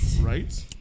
Right